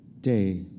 day